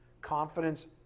confidence